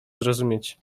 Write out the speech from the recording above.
zrozumieć